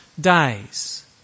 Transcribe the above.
days